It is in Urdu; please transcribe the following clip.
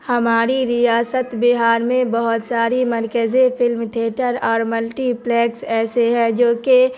ہماری ریاست بہار میں بہت ساری مرکزی فلم تھیئٹر اور ملٹی پلیکس ایسے ہے جو کہ